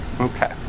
Okay